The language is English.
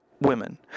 Women